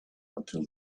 until